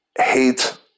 hate